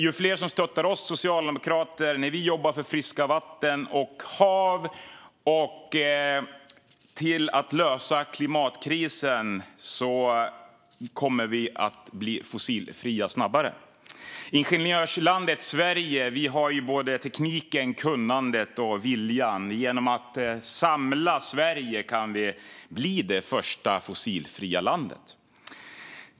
Ju fler som stöttar oss socialdemokrater när vi jobbar för friska vatten och hav och för att lösa klimatkrisen, desto snabbare kommer vi att bli fossilfria. Ingenjörslandet Sverige har både tekniken, kunnandet och viljan. Genom att samla Sverige kan vi bli det första fossilfria landet.